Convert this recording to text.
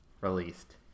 released